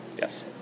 yes